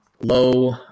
low